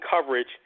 coverage